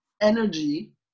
energy